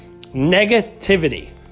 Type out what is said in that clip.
Negativity